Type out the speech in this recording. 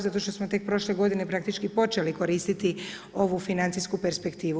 Zato što smo tek prošle godine praktički počeli koristiti ovu financijsku perspektivu.